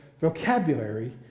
vocabulary